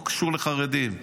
לא קשור לחרדים.